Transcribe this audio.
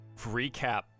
recap